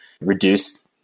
reduce